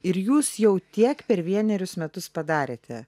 ir jūs jau tiek per vienerius metus padarėte